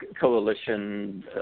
coalition